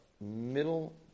middle